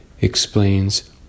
explains